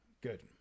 good